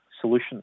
solution